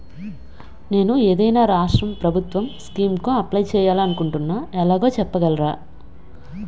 నేను ఏదైనా రాష్ట్రం ప్రభుత్వం స్కీం కు అప్లై చేయాలి అనుకుంటున్నా ఎలాగో చెప్పగలరా?